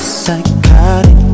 psychotic